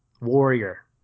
Warrior